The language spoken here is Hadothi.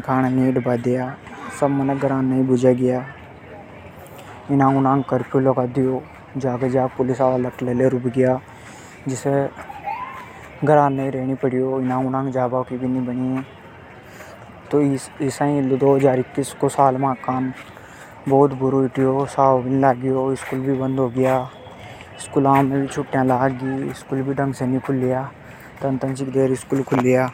घर से नी हीटबा द््या। जागे जाग कर्फ्यू लगाद्यो पुलिस हाला लठ लेर उबग्या। जिसे घर ने ही रेणी पड्यो। इनांग उनांग जाबा की भी नी बणी। तो दो हज़ार इक्कीस को साल माके काने बहुत बुरो हीट्यो। साव भी नी लाग्यो, स्कूल भी नी खुल्या। छुट्टीया लाग गी।